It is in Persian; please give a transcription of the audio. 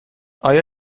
آیا